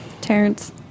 Terrence